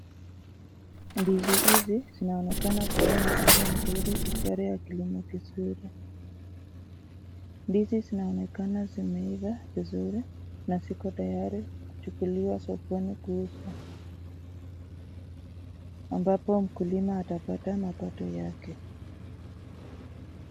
Ndizi hizi zinaonekana kuwa na afya nzuri, ishara ya kilimo kizuri. Ndizi zinaonekana zimeiva vizuri na ziko tayari kuchukuliwa sokoni kuuzwa, ambapo mkulima atapata mapato yake.